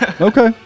Okay